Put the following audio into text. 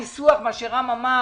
הניסוח, מה שרם אמר